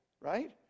right